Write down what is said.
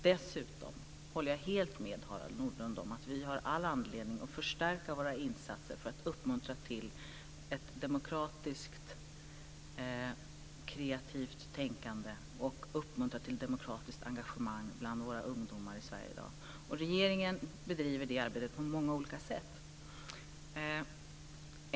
Dessutom håller jag helt med Harald Nordlund om att vi har all anledning att förstärka våra insatser för att uppmuntra till ett demokratiskt, kreativt tänkande och till ett demokratiskt engagemang bland våra ungdomar i Sverige i dag. Regeringen bedriver det arbetet på många olika sätt.